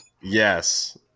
Yes